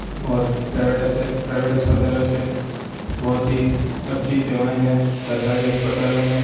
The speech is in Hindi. और प्राइवेट अच्छे प्राइवेट अस्पतालों से बहुत ही अच्छी सेवाएं हैं सरकारी अस्पतालों में